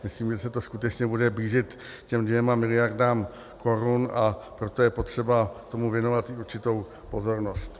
Myslím, že se to bude skutečně blížit těm dvěma miliardám korun, a proto je potřeba tomu věnovat i určitou pozornost.